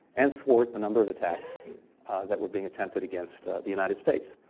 and thwart a number of attacks that were being attempted against the united states.